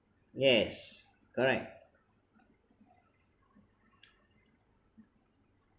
yes correct